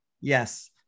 Yes